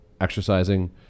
exercising